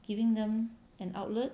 giving them an outlet